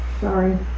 Sorry